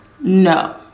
No